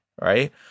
right